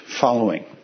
following